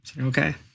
Okay